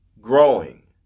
growing